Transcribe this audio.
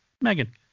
Megan